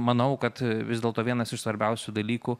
manau kad vis dėlto vienas iš svarbiausių dalykų